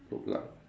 look like